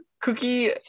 Cookie